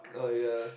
oh yeah